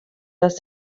dass